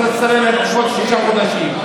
אתה תצטרך לחכות שלושה חודשים,